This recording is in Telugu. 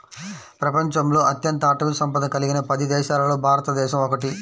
ప్రపంచంలో అత్యంత అటవీ సంపద కలిగిన పది దేశాలలో భారతదేశం ఒకటి